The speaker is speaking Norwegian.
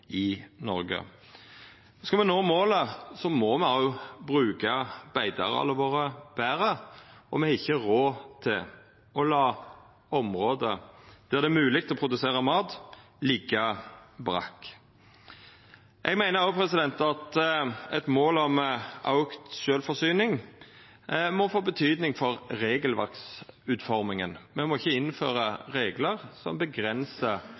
i Noreg. Viss me skal nå målet, må me òg bruka beiteareala våre betre, og me har ikkje råd til å la område der det er mogleg å produsera mat, liggja brakke. Eg meiner òg at eit mål om auka sjølvforsyning må få betyding for utforminga av regelverket. Me må ikkje innføra reglar som